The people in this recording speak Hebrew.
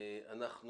שמורות טבע,